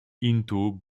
into